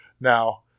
now